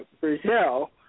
Brazil